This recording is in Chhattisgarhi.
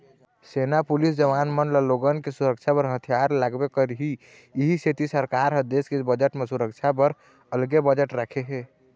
सेना, पुलिस जवान मन ल लोगन के सुरक्छा बर हथियार लागबे करही इहीं सेती सरकार ह देस के बजट म सुरक्छा बर अलगे बजट राखे हे